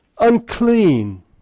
Unclean